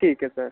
ठीक है सर